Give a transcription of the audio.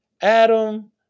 Adam